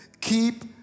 keep